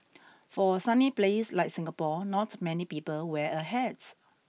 for a sunny place like Singapore not many people wear a hat